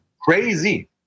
Crazy